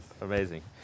amazing